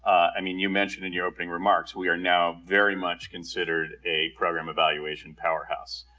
i mean you mentioned in your opening remarks we are now very much considered a program evaluation powerhouse.